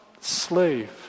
slave